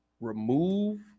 remove